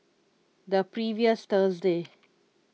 the previous Thursday